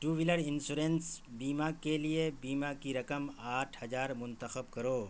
to wheeler insurance بیمہ کے لیے بیمہ کی رقم آٹھ ہزار منتخب کرو